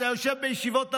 אתה יושב בישיבות הממשלה,